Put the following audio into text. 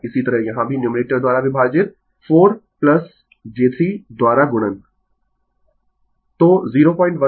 इसी तरह यहाँ भी न्यूमरेटर द्वारा विभाजित 4 j3 द्वारा गुणन